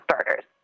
starters